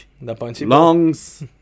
Lungs